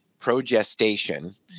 progestation